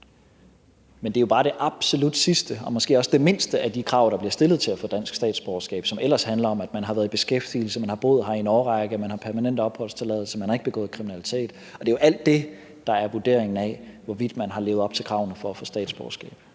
men det er bare det absolut sidste og måske også det mindste af de krav, der bliver stillet til at få dansk statsborgerskab, som ellers handler om, at man har været i beskæftigelse, man har boet her i en årrække, man har permanent opholdstilladelse, man ikke har begået kriminalitet, og det er jo alt det, der er vurderingen af, hvorvidt man har levet op til kravene for at få statsborgerskab.